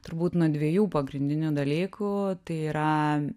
turbūt nuo dviejų pagrindinių dalykų tai yra